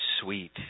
sweet